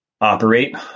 operate